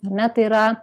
ar ne tai yra